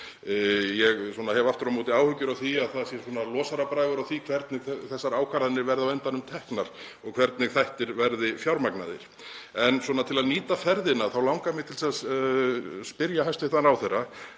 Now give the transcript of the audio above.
Ég hef aftur á móti áhyggjur af því að það sé losarabragur á því hvernig þessar ákvarðanir verða á endanum teknar og hvernig þættir verði fjármagnaðir. En til að nýta ferðina þá langar mig til að spyrja hæstv. ráðherra